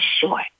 sure